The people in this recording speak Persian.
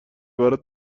برات